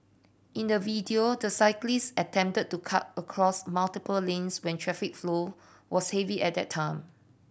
in the video the cyclist attempted to cut across multiple lanes when traffic flow was heavy at that time